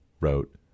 wrote